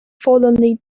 forlornly